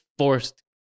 forced